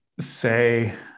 say